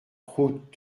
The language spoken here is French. route